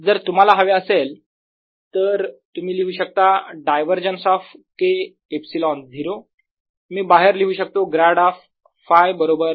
जर तुम्हाला हवे असेल तर तुम्ही लिहू शकता डायव्हर जन्स ऑफ K ε0 मी बाहेर लिहू शकतो - ग्रॅड ऑफ Φ बरोबर ρfree